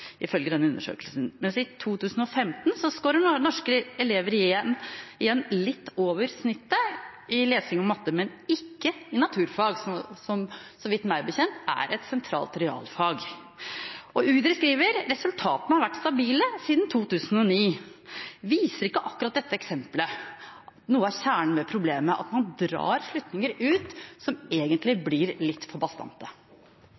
ifølge denne undersøkelsen, mens i 2015 skårer norske elever igjen litt over snittet i lesing og i matte, men ikke i naturfag som meg bekjent er et sentralt realfag. Utdanningsdirektoratet skriver at resultatene har vært stabile siden 2009. Viser ikke akkurat dette eksemplet noe av kjernen ved problemet, at man drar slutninger ut som egentlig